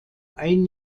ein